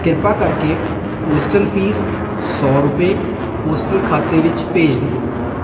ਕਿਰਪਾ ਕਰਕੇ hostel fees ਸੌ ਰੁਪਏ ਹੋਸਟਲ ਖਾਤੇ ਵਿੱਚ ਭੇਜ ਦੇਵੋ